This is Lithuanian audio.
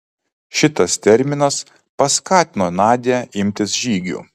šitas terminas paskatino nadią imtis žygių